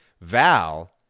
Val